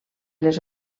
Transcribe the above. les